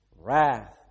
wrath